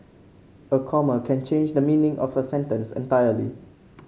a comma can change the meaning of a sentence entirely